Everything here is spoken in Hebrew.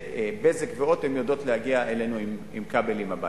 וזה "בזק" ו"הוט"; הן יודעות להגיע אלינו עם כבלים הביתה.